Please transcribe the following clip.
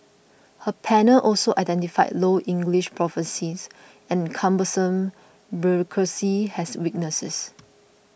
her panel also identified low English proficiency and cumbersome bureaucracy as weaknesses